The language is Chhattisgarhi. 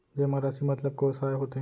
जेमा राशि मतलब कोस आय होथे?